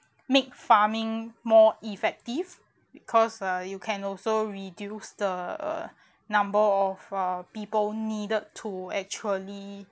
make farming more effective because uh you can also reduce the err number of uh people needed to actually